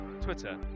Twitter